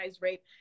rape